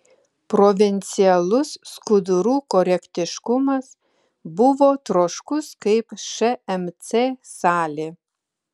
provincialus skudurų korektiškumas buvo troškus kaip šmc salė